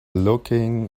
looking